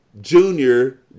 junior